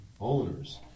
owners